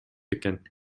экен